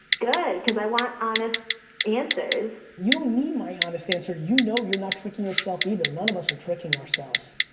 good cause i want honest answers. you don't need my honest answer. you know you're not tricking yourself either. none of us are tricking ourselves.